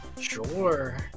Sure